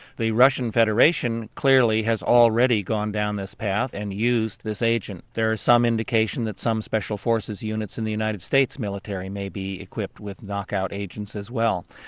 the russian federation clearly has already gone down this path and used this agent. there is some indication that some special forces units in the united states military may be equipped with knockout agents as well.